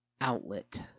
outlet